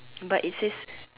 but it says